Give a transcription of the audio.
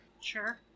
Sure